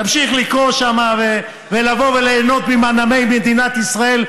תמשיך לקרוא שם ולבוא וליהנות ממנעמי מדינת ישראל,